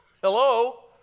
Hello